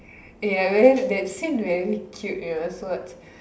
ya I realise that scene very cute you know must watch